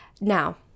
Now